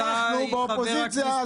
אנחנו באופוזיציה,